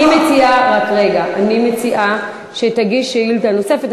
אני מציעה שתגיש שאילתה נוספת.